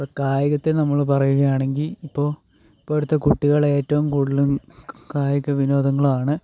ഇപ്പം കായികത്തിൽ നമ്മൾ പറയുകയാണെങ്കിൽ ഇപ്പോൾ ഇപ്പോഴത്തെ കുട്ടികൾ ഏറ്റവും കൂടുതലും ക കായികവിനോദങ്ങളാണ്